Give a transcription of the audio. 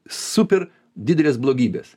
super dideles blogybes